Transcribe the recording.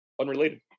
Unrelated